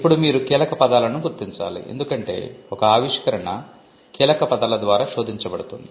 ఇప్పుడు మీరు కీలకపదాలను గుర్తించాలి ఎందుకంటే ఒక ఆవిష్కరణ కీలకపదాల ద్వారా శోధించబడుతుంది